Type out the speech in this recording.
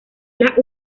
las